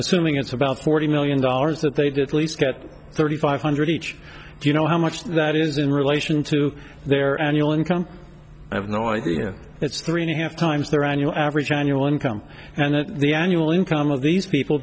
assuming it's about forty million dollars that they did least get thirty five hundred each do you know how much that is in relation to their annual income i have no idea it's three and a half times their annual average annual income and that the annual income of these people